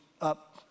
up